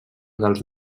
dels